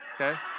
okay